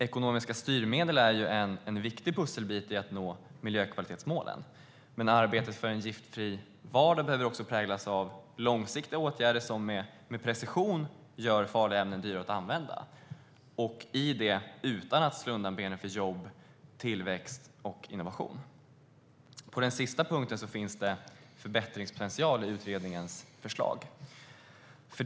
Ekonomiska styrmedel är en viktig pusselbit i att nå miljökvalitetsmålen. Men arbetet för en giftfri vardag behöver också präglas av långsiktiga åtgärder som med precision gör farliga ämnen dyrare att använda utan att man slår undan benen för jobb, tillväxt och innovation. På den sista punkten finns det förbättringspotential i utredningens förslag.